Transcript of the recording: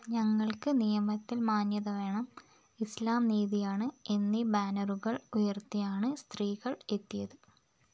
ഞങ്ങൾക്ക് നിയമത്തിൽ മാന്യത വേണം ഇസ്ലാം നീതിയാണ് എന്നീ ബാനറുകൾ ഉയർത്തിയാണ് സ്ത്രീകൾ എത്തിയത്